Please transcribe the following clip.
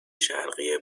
شرقی